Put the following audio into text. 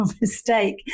mistake